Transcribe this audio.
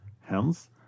Hence